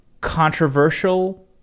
controversial